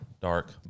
dark